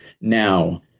now